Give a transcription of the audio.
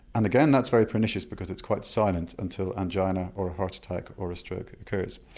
and again that's very pernicious because it's quite silent until angina, or a heart attack, or a stroke occurs.